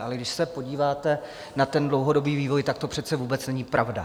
Ale když se podíváte na ten dlouhodobý vývoj, tak to přece vůbec není pravda.